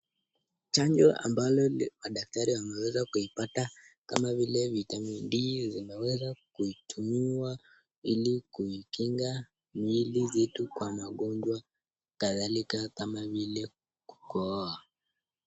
Chanjo ambayo madaktari wameeza kuipata kama vile vitamin d zimeeza kutumiwa ili kuikinga mili zetu kwa magonjwa kadhalika kama vile kukohoa.